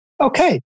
Okay